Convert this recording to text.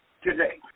Today